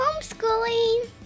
homeschooling